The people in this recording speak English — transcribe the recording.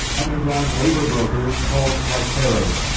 underground labor brokers called raiteros